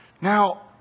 Now